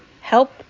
help